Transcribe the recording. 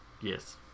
Yes